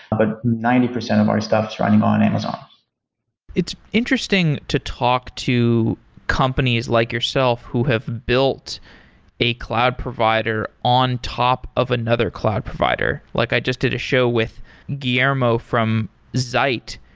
but ninety percent of our stuff is running on amazon it's interesting to talk to companies like yourself who have built a cloud provider on top of another cloud provider. like i just did a show with guillermo from zeit,